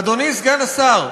אדוני סגן השר,